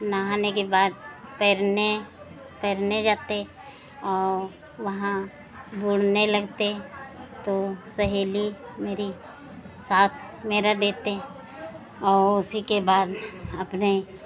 नहाने के बाद तैरने तैरने जाते और वहाँ बुड़ने लगते तो सहेली मेरी साथ मेरा देती और उसी के बाद अपने